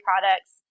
products